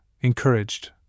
encouraged